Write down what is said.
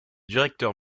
directeur